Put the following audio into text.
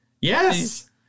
Yes